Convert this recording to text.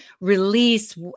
release